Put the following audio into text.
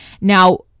Now